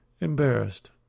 embarrassed